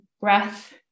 breath